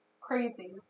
crazy